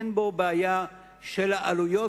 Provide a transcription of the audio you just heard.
אין בו בעיה של העלויות,